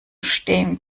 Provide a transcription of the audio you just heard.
stehen